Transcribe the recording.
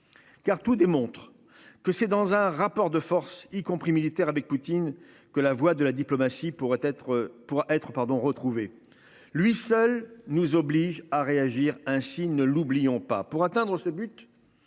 Car tout démontre que c'est dans un rapport de force, y compris militaire avec Poutine que la voie de la diplomatie pourraient être pour être pardon. Lui seul nous oblige à réagir, hein. Chine, ne l'oublions pas. Pour atteindre ce but.